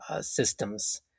systems